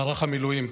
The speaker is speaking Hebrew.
מערך המילואים.